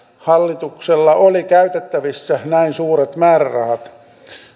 hallituksella oli käytettävissä näin suuret määrärahat